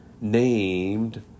named